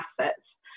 assets